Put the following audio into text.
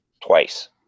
twice